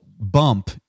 Bump